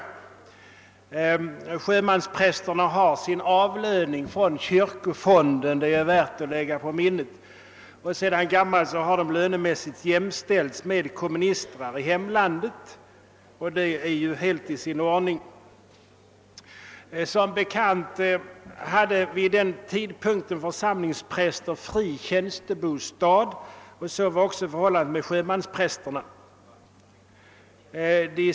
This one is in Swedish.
Sjömansprästerna får sin avlöning från kyrkofonden. Det är värt att lägga på minnet. Sedan gammalt har de lönemässigt jämställts med komministrarna i hemlandet, och det är ju helt i sin ordning. Som bekant hade vid denna tidpunkt församlingspräster fri tjänstebostad, och så var också förhållandet för sjömansprästernas del.